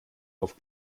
auf